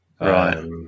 Right